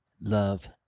Love